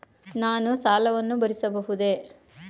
ನಾನು ಸಾಲವನ್ನು ಭರಿಸಬಹುದೇ?